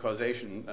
causation